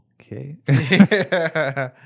okay